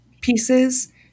pieces